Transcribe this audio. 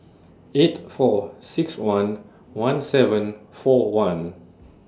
eight four six one one seven four one